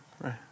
right